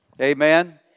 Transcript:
Amen